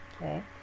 okay